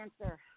answer